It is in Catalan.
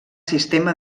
sistema